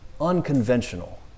unconventional